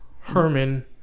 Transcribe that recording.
Herman